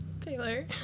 Taylor